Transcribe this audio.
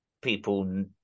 people